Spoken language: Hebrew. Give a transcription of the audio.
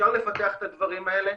אפשר לפתח את הדברים האלה,